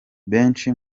benshi